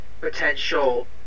potential